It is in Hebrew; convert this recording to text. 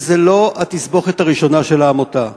שזו לא התסבוכת הראשונה של העמותה.